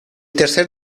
tercer